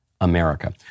America